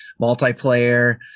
multiplayer